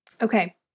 Okay